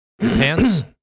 Pants